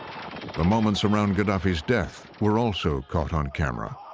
the moments around gaddafi's death were also caught on camera.